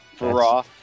Raw